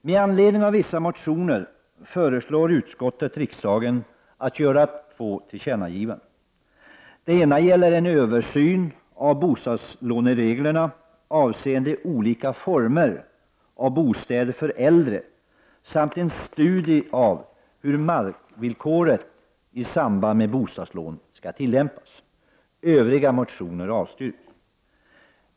Med anledning av vissa motioner föreslår utskottet riksdagen att göra två tillkännagivanden. Det gäller en översyn av bostadslånereglerna avseende olika former av bostäder för äldre samt en studie av hur markvillkoret i samband med bostadslån tillämpas. Övriga motioner avstyrks.